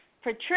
Patricia